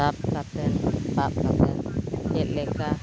ᱥᱟᱵ ᱠᱟᱛᱮᱫ ᱥᱟᱵ ᱠᱟᱛᱮᱫ ᱪᱮᱫ ᱞᱮᱠᱟ